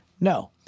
No